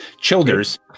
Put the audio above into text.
Childers